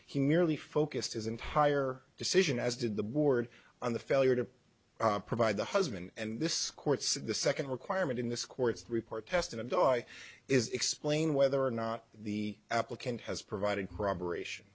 he merely focused his entire decision as did the board on the failure to provide the husband and this court's the second requirement in this court's report test in a daw it is explain whether or not the applicant has provided robber ation